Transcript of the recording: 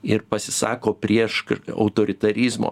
ir pasisako prieš autoritarizmo